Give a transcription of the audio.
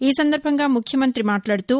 ఈ సందర్బంగా ముఖ్యమంత్రి మాట్లాడుతూ